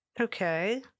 okay